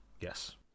Yes